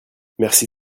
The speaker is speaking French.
merci